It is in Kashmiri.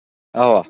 اَوا